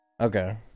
okay